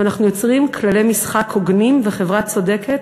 ואנחנו יוצרים כללי משחק הוגנים וחברה צודקת